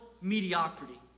mediocrity